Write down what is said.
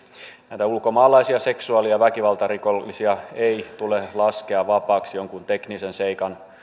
näitä ulkomaalaisia seksuaali ja väkivaltarikollisia ei tule laskea vapaaksi jonkun teknisen seikan